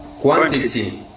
Quantity